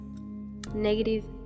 negative